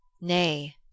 Nay